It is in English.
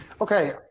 Okay